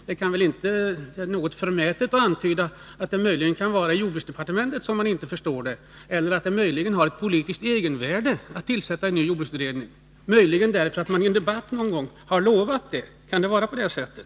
Det kan väl inte anses vara alltför förmätet att antyda att det möjligen är inom jordbruksdepartementet som man inte förstår den. Eller kan det ha ett politiskt egenvärde att tillsätta en ny jordbruksutredning, därför att man i en debatt någon gång har lovat det? Kan det vara på det sättet?